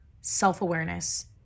self-awareness